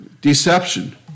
deception